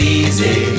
easy